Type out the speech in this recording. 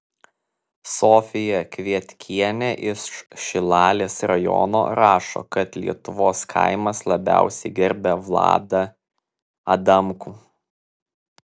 sofija kvietkienė iš šilalės rajono rašo kad lietuvos kaimas labiausiai gerbia vladą adamkų